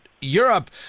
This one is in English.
europe